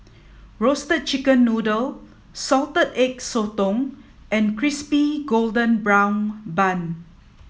roasted chicken noodle salted egg sotong and Crispy Golden Brown Bun